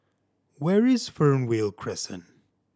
where is Fernvale Crescent